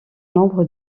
nombre